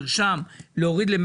זה המרשם שלה.